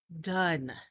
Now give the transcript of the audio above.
done